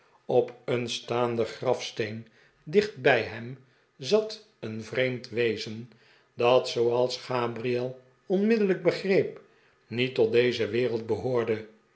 op een staanden grafsteen dicht bij hem zat een vreemd wezen dat zooals gabriel onmiddellijk begreep niet tot deze wereld behoorde